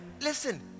listen